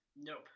Nope